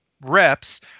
reps